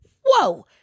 whoa